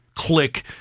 click